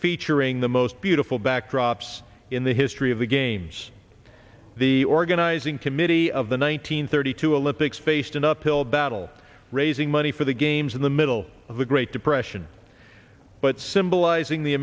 featuring the most beautiful backdrops in the history of the games the organizing committee of the one nine hundred thirty two olympics faced an uphill battle raising money for the games in the middle of the great depression but symbolizing the